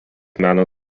meno